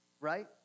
right